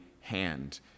hand